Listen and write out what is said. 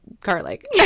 garlic